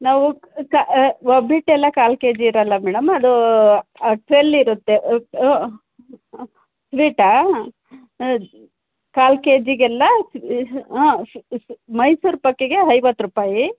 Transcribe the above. ನಾವು ಕಾ ಒಬ್ಬಟ್ಟು ಎಲ್ಲ ಕಾಲು ಕೆಜಿ ಇರೋಲ್ಲ ಮೇಡಮ್ ಅದೂ ಟ್ವೆಲ್ ಇರುತ್ತೆ ಸ್ವೀಟಾ ಅದು ಕಾಲು ಕೆ ಜಿಗೆಲ್ಲ ಹಾಂ ಮೈಸೂರು ಪಾಕಿಗೆ ಐವತ್ತು ರೂಪಾಯಿ